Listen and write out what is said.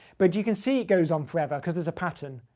but you can see it goes on forever because there's a pattern,